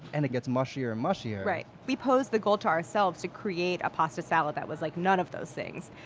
and it gets mushier and mushier right. we posed the challenge to ourselves to create a pasta salad that was like none of those things.